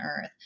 Earth